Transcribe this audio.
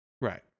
Right